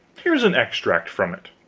here is an extract from it